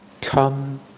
Come